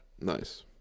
Nice